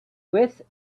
with